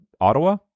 Ottawa